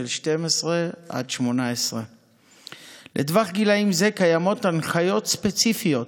12 עד 18. לטווח גילים זה קיימות הנחיות ספציפיות